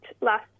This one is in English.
last